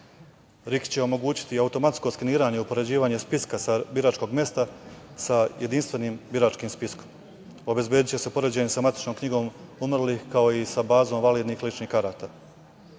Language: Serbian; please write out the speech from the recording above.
RIK će omogućiti i automatsko skeniranje i upoređivanje spiska sa biračkog mesta sa Jedinstvenim biračkim spiskom. Obezbediće se i poređenje sa Matičnom knjigom umrlih, kao i sa bazom validnih ličnih karata. Jako